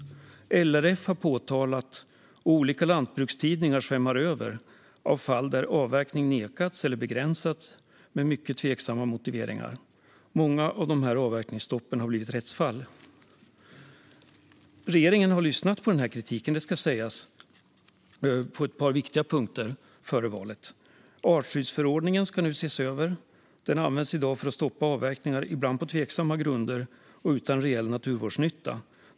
LRF har påtalat fall där avverkning nekats eller begränsats med mycket tveksamma motiveringar. Olika lantbrukstidningar svämmar över av sådana fall. Många av dessa avverkningsstopp har blivit rättsfall. Regeringen har - det ska sägas - före valet lyssnat på den här kritiken på ett par viktiga punkter. Artskyddsförordningen ska nu ses över. Den används i dag för att stoppa avverkningar, ibland på tveksamma grunder och utan reell naturvårdsnytta.